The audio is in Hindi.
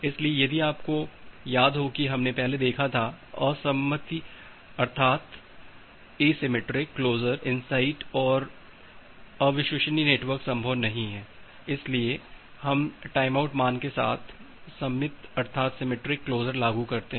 इसलिए यदि आपको याद हो कि हमने पहले देखा था कि असममित अर्थात एसिमेट्रिक क्लोजर इनसाइट और अविश्वसनीय नेटवर्क संभव नहीं है इसलिए हम टाइमआउट मान के साथ सममित अर्थात सिमेट्रिक क्लोजर लागू करते हैं